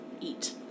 eat